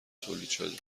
تولیدشده